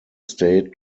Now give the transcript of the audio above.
state